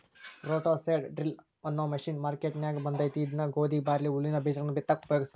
roto seed drill ಅನ್ನೋ machine ಮಾರ್ಕೆನ್ಯಾಗ ಬಂದೇತಿ ಇದನ್ನ ಗೋಧಿ, ಬಾರ್ಲಿ, ಹುಲ್ಲಿನ ಬೇಜಗಳನ್ನ ಬಿತ್ತಾಕ ಉಪಯೋಗಸ್ತಾರ